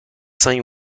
saints